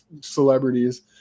celebrities